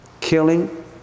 Killing